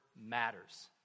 matters